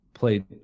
played